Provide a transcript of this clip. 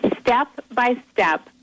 step-by-step